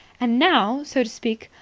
and now, so to speak,